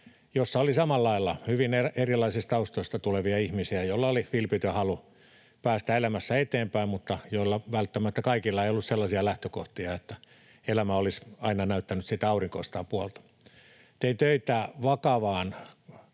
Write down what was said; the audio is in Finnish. jossa oli samalla lailla hyvin erilaisista taustoista tulevia ihmisiä, joilla oli vilpitön halu päästä elämässä eteenpäin mutta joilla välttämättä kaikilla ei ollut sellaisia lähtökohtia, että elämä olisi aina näyttänyt sitä aurinkoista puolta. Tein töitä